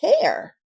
care